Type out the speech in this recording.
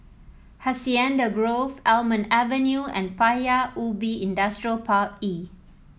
Hacienda Grove Almond Avenue and Paya Ubi Industrial Park E